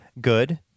good